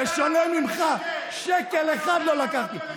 בשונה ממך, שקל אחד לא לקחתי.